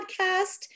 Podcast